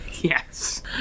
Yes